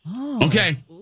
Okay